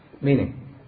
meaning